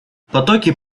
потоки